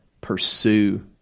pursue